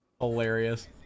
Hilarious